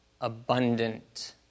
abundant